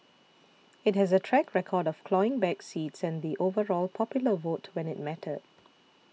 it has a track record of clawing back seats and the overall popular vote when it mattered